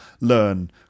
learn